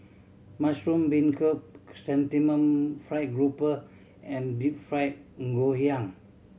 mushroom beancurd Chrysanthemum Fried Grouper and Deep Fried Ngoh Hiang